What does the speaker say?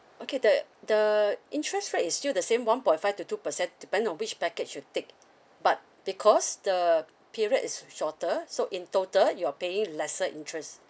okay the the interest rate is still the same one point five to two percent depend on which package you take but because the period is shorter so in total you are paying lesser interest